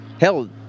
Hell